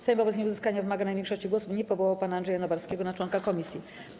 Sejm wobec nieuzyskania wymaganej większości głosów nie powołał pana Andrzeja Nowarskiego na członka komisji.